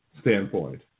standpoint